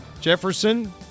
Jefferson